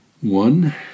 One